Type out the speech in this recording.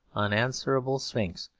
unanswerable sphinx,